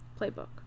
Playbook